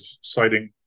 citing